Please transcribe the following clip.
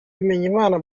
bimenyimana